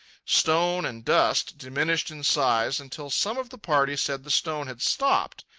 stone and dust diminished in size, until some of the party said the stone had stopped.